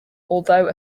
although